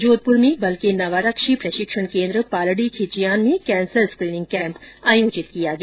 जोधपुर में बल के नवारक्षी प्रशिक्षण केन्द्र पालड़ी खिचियान में कैंसर स्क्रीनिंग कैम्प का आयोजन किया गया